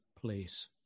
place